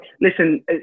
listen